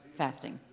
fasting